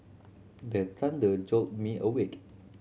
the thunder jolt me awake